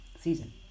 season